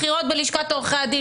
בחירות בלשכת עורכי הדין,